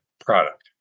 product